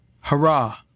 Hurrah